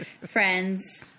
friends